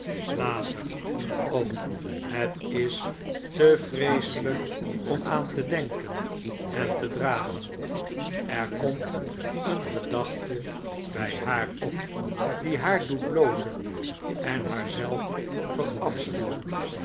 later o het is te vreeselijk om aan te denken en te dragen er komt een gedachte bij haar op die haar doet blozen en haarzelf verafschuwen